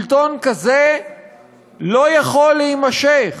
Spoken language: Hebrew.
שלטון כזה לא יכול להימשך.